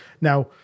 Now